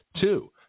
Two